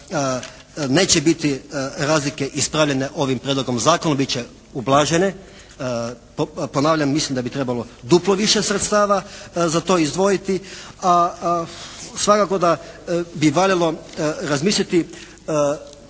neće biti razlike ispravljene ovim prijedlogom zakona, bit će ublažene. Ponavljam mislim da bi trebalo duplo više sredstava za to izdvojiti, a svakako da bi valjalo razmisliti